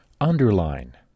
Underline